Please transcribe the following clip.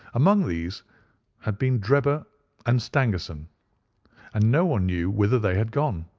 among these had been drebber and stangerson and no one knew whither they had gone.